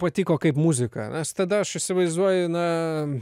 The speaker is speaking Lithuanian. patiko kaip muzika nes tada aš įsivaizduoju na